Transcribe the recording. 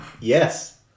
Yes